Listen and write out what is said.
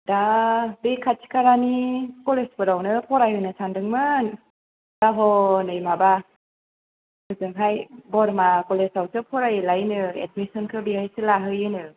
दा बे खाथि खालानि कलेजफोरावनो फरायहोनो सान्दोंमोन दा हनै माबा होजोंहाय बरमा कलेजआवसो फरायोलायनो एडमिसनखौ बेहायसो लाहैयोनो